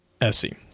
Essie